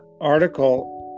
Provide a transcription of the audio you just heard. article